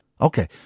Okay